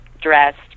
dressed